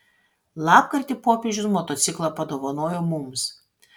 lapkritį popiežius motociklą padovanojo mums